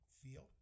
feel